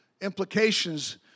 implications